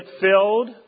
filled